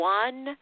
one